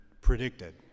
predicted